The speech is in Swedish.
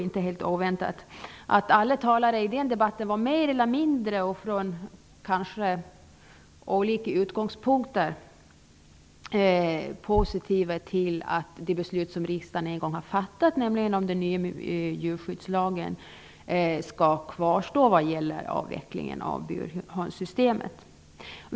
Jag kan därför referera att alla talare i den debatten var mer eller mindre -- och kanske från olika utgångspunkter -- positiva till att det beslut som riksdagen en gång har fattat om den nya djurskyddslagen skall kvarstå när det gäller avvecklingen av burhönssystemet.